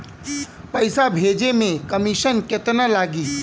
पैसा भेजे में कमिशन केतना लागि?